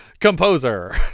composer